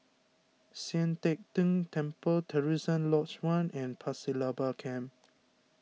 Sian Teck Tng Temple Terusan Lodge one and Pasir Laba Camp